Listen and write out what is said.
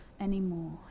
anymore